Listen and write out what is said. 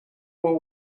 will